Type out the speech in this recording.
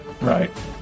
Right